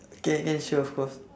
can can sure of course